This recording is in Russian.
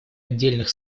отдельных